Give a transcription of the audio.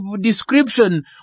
description